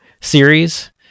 series